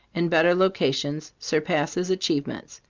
in better locations, surpass his achievements,